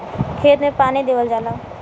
खेत मे पानी देवल जाला